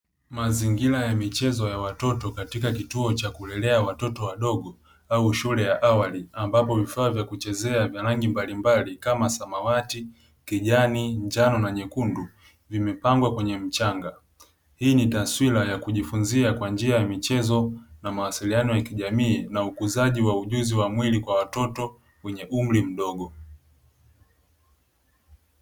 Mazingira ya michezo ya watoto katika kituo cha kulelea watoto wadogo au shule ya awali, ambapo vifaa vya kuchezea vya rangi mbalimbali kama: samawati, kijani, njano, na nyekundu, vimepangwa kwenye mchanga. Hii ni taswira ya kujifunzia kwa njia ya michezo na mawasiliano ya kijamii na ukuuzaji wa ujuzi wa mwili kwa watoto kwenye umri mdogo.